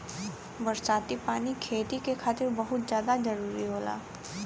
बरसाती पानी खेती के खातिर बहुते जादा जरूरी होला